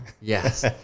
Yes